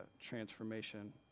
transformation